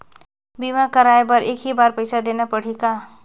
बीमा कराय बर एक ही बार पईसा देना पड़ही का?